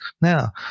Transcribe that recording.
Now